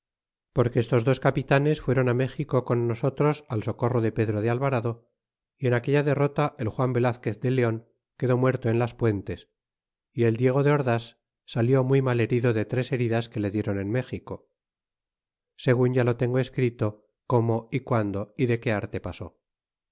porque estos dos capitanes fueron méxico con nosotros al socorro de pedro de alvarado y en aquella derrota el juan velazquez de leon quedó muerto en las puentes y el diego de ordas salió muy mal herido de tres heridas que le dieron en méxico segun ya lo tengo escrito como y guando y de que arte pasó